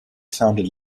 sounded